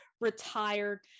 retired